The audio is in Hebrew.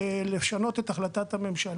הם החליטו בעבודה משותפת לשנות את החלטת ממשלה